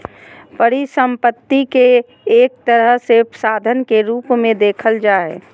परिसम्पत्ति के एक तरह से साधन के रूप मे देखल जा हय